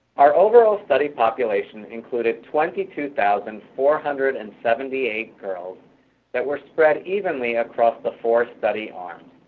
our overall study population included twenty two thousand four hundred and seventy eight girls that were spread evenly across the four study arms.